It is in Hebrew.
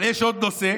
אבל יש עוד נושא: